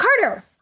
Carter